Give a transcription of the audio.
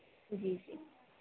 जी जी